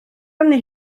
arni